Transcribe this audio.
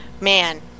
man